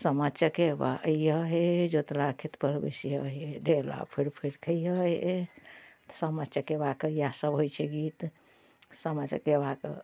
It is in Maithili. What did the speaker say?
सामा चकेबा अइहऽ हे जोतला खेतपर बैसिहऽ हे ढेला फोड़ि फोड़ि खइहऽ हे सामा चकेबाके इएहसब होइ छै गीत सामा चकेबाके